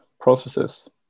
processes